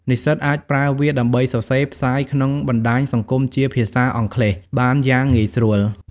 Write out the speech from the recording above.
និស្សិតអាចប្រើវាដើម្បីសរសេរផ្សាយក្នុងបណ្ដាញសង្គមជាភាសាអង់គ្លេសបានយ៉ាងងាយស្រួល។